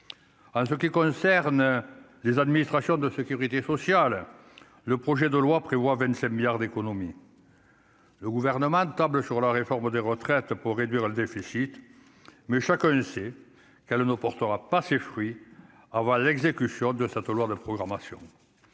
en ce qui concerne les administrations de Sécurité sociale, le projet de loi prévoit 27 milliards d'économies. Le gouvernement table sur la réforme des retraites pour réduire le déficit, mais chacun sait qu'elle ne portera pas ses fruits au revoir l'exécution de cette loi de programmation